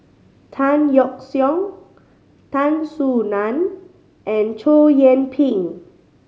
Tan Yeok Seong Tan Soo Nan and Chow Yian Ping